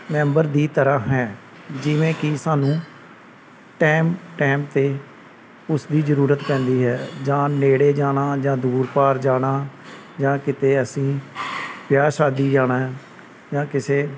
member ਦੀ ਤਰ੍ਹਾਂ ਹੈ ਜਿਵੇਂ ਕਿ ਸਾਨੂੰ ਟਾਇਮ ਟਾਈਮ 'ਤੇ ਉਸ ਦੀ ਜ਼ਰੂਰਤ ਪੈਂਦੀ ਹੈ ਜਾਂ ਨੇੜੇ ਜਾਣਾ ਜਾਂ ਦੂਰ ਪਾਰ ਜਾਣਾ ਜਾਂ ਕਿਤੇ ਅਸੀਂ ਵਿਆਹ ਸ਼ਾਦੀ ਜਾਣਾ ਜਾਂ ਕਿਸੇ